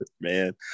man